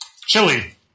chili